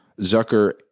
Zucker